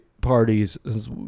parties